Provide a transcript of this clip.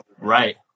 right